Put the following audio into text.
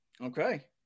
Okay